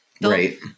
Right